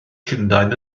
llundain